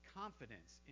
confidence